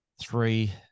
three